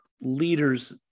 leaders